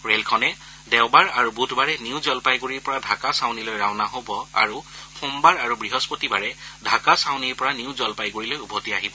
ৰেলখনে দেওবাৰ আৰু বুধবাৰে নিউ জলপাইগুৰিৰ পৰা ঢাকা চাউনিলৈ ৰাওনা হব আৰু সোমবাৰ আৰু বৃহস্পতিবাৰে ঢাকা চাউনিৰ পৰা নিউ জলপাইগুৰিলৈ উভতি আহিব